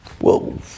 Whoa